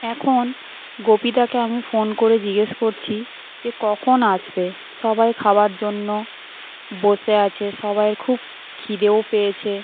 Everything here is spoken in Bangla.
এখন গোপীদাকে আমি ফোন করে জিজ্ঞেস করছি যে কখন আসবে সবাই খাবার জন্য বসে আছে সবাইয়ের খুব ক্ষিদেও পেয়েছে